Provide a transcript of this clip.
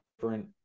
different